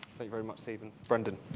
you very much, steven. brendan.